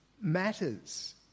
matters